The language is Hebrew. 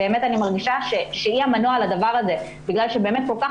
ואני מרגישה שהיא המנוע לדבר הזה בגלל שכל כך